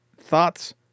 Thoughts